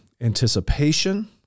anticipation